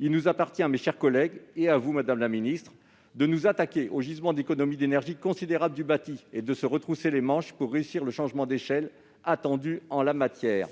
Il appartient au Parlement, et à vous, madame la ministre, de s'attaquer au gisement d'économies d'énergie considérables du bâti et de se retrousser les manches pour réussir le changement d'échelle attendu en la matière.